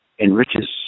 enriches